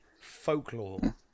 folklore